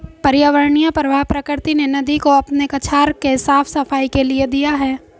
पर्यावरणीय प्रवाह प्रकृति ने नदी को अपने कछार के साफ़ सफाई के लिए दिया है